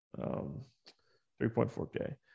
3.4K